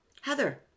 Heather